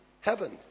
heaven